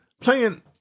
playing